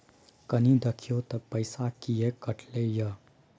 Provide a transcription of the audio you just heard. कनी देखियौ त पैसा किये कटले इ?